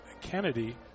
Kennedy